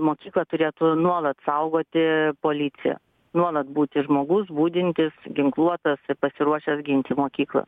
mokyklą turėtų nuolat saugoti policija nuolat būti žmogus budintis ginkluotas ir pasiruošęs ginti mokyklą